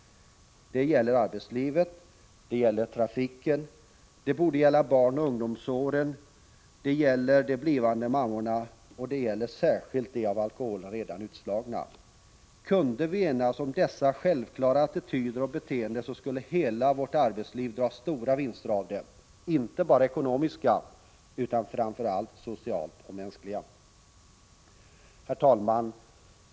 Det gäller arbetsplatserna, det gäller trafiken. Barn och ungdomsåren borde vara alkoholfria liksom levnadsvanorna för blivande mammor. Kunde vi enas om dessa självklara attityder och beteenden skulle hela arbetslivet dra stora vinster av det, inte bara ekonomiska utan också och framför allt sociala och mänskliga. Herr talman!